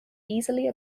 easily